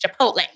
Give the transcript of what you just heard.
Chipotle